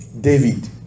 David